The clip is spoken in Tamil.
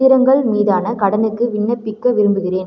பத்திரங்கள் மீதான கடனுக்கு விண்ணப்பிக்க விரும்புகிறேன்